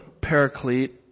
paraclete